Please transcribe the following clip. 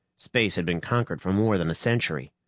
space had been conquered for more than a century,